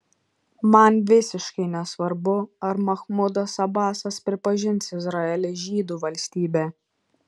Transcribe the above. man visiškai nesvarbu ar machmudas abasas pripažins izraelį žydų valstybe